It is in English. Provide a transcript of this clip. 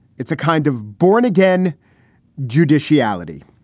it's a kind of born again judicial reality.